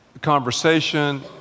conversation